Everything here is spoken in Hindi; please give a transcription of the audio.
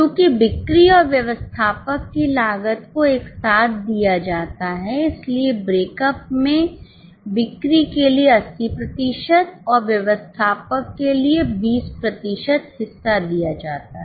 चूंकि बिक्री और व्यवस्थापक की लागत को एक साथ दिया जाता है इसलिएब्रेकअप में बिक्रीके लिए 80 प्रतिशत और व्यवस्थापक के लिए 20 प्रतिशत हिस्सा दिया जाता है